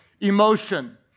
emotion